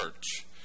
Church